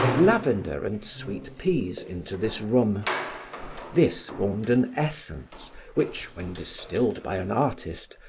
lavender and sweet peas into this room this formed an essence which, when distilled by an artist,